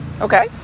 okay